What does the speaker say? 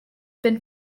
been